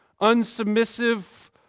Unsubmissive